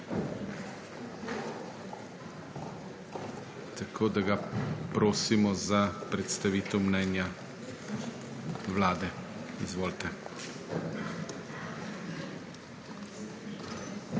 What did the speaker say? zato ga prosim za predstavitev mnenja Vlade. Izvolite.